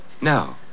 No